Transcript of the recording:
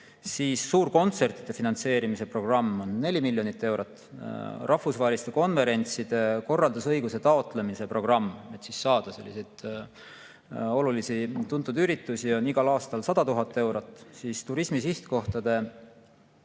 Suurkontsertide finantseerimise programm on 4 miljonit eurot. Rahvusvaheliste konverentside korraldusõiguse taotlemise programm, et saada selliseid olulisi tuntud üritusi [Eestisse], on igal aastal 100 000 eurot. Turismisihtkohtade